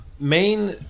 main